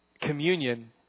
communion